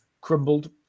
crumbled